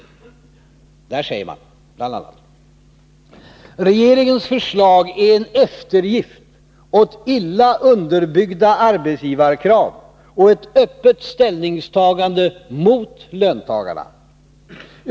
Där säger man: ”Regeringens förslag är en eftergift åt illa underbyggda arbetsgivarkrav och ett öppet ställningstagande mot löntagarna.